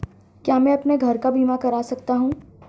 क्या मैं अपने घर का बीमा करा सकता हूँ?